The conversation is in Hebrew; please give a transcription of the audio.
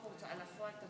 ההוצאה לפועל.